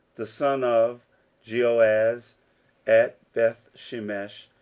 the son of jehoahaz, at bethshemesh,